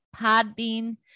Podbean